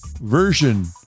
version